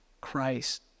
Christ